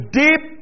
deep